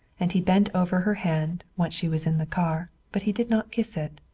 and he bent over her hand, once she was in the car, but he did not kiss it.